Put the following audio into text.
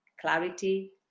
clarity